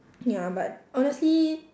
ya but honestly